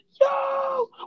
Yo